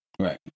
Right